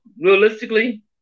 realistically